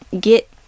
get